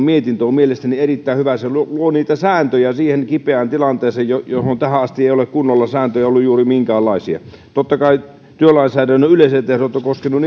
mietintö ovat mielestäni erittäin hyvät lakiesitys luo niitä sääntöjä siihen kipeään tilanteeseen johon tähän asti ei ole kunnolla sääntöjä ollut juuri minkäänlaisia totta kai työlainsäädännön yleiset ehdot ovat koskeneet